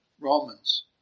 Romans